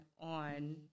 on